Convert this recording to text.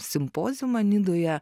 simpoziumą nidoje